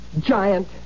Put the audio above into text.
Giant